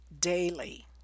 daily